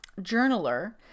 journaler